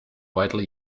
widely